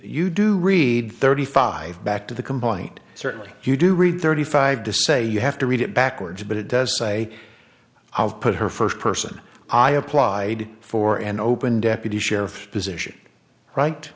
you do read thirty five back to the complaint certainly you do read thirty five to say you have to read it backwards but it does say i have put her first person i applied for an open deputy sheriff position right